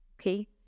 Okay